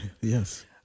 Yes